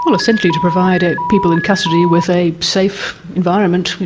and essentially to provide ah people in custody with a safe environment,